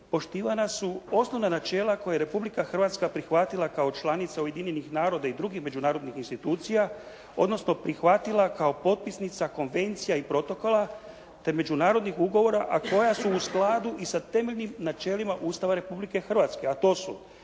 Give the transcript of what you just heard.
poštivana su osnovna načela koja je Republika Hrvatska prihvatila kao članica Ujedinjenih naroda i drugih međunarodnih institucija odnosno prihvatila kao potpisnica konvencija i protokola te međunarodnih ugovora a koja su u skladu i sa temeljnim načelima Ustava Republike Hrvatske. A to su: